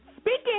Speaking